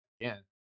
again